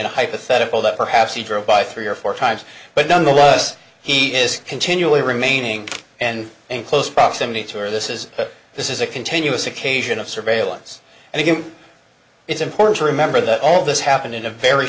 a hypothetical that perhaps he drove by three or four times but nonetheless he is continually remaining and in close proximity to where this is this is a continuous occasion of surveillance and again it's important to remember that all this happened in a very